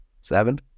Seven